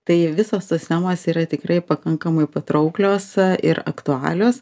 tai visas tos temos yra tikrai pakankamai patrauklios ir aktualios